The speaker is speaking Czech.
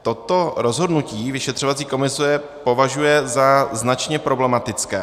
Toto rozhodnutí vyšetřovací komise považuje za značně problematické.